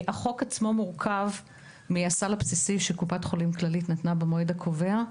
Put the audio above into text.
החוק עצמו מורכב מהסל הבסיסי שקופת חולים כללית נתנה במועד הקובע,